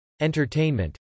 entertainment